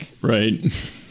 Right